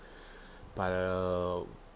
but uh